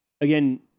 Again